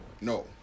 No